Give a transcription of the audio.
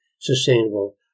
sustainable